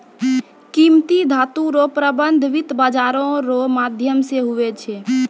कीमती धातू रो प्रबन्ध वित्त बाजारो रो माध्यम से हुवै छै